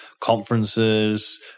conferences